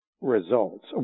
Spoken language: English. results